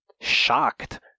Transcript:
shocked